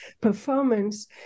performance